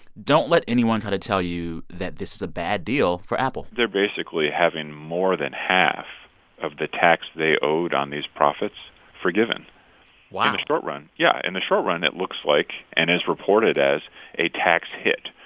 don't let anyone try to tell you that this is a bad deal for apple they're basically having more than half of the tax they owed on these profits forgiven wow in the short run yeah. in the short run, it looks like and is reported as a tax hit.